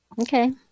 Okay